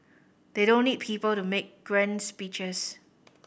they don't need people to make grand speeches